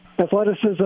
athleticism